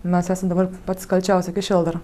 mes esam dabar patys kalčiausi iki šiol dar